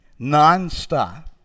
nonstop